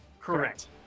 Correct